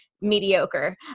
mediocre